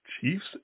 Chiefs